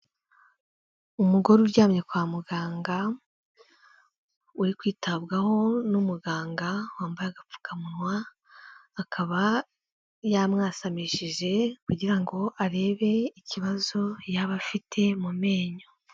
Umugore uryamye kwa muganga uri kwitabwaho n'umuganga wambaye agapfukamunwa, akaba yamwasamishije kugira ngo arebe ikibazo yaba afite mu menyo.